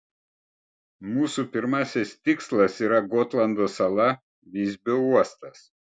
mūsų pirmasis tikslas yra gotlando sala visbio uostas